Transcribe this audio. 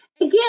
Again